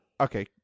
okay